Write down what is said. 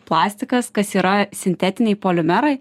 plastikas kas yra sintetiniai polimerai